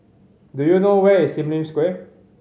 do you know where is Sim Lim Square